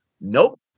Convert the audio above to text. Nope